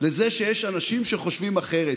לזה שיש אנשים שחושבים אחרת.